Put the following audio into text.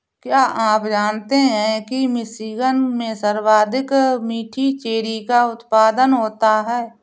क्या आप जानते हैं कि मिशिगन में सर्वाधिक मीठी चेरी का उत्पादन होता है?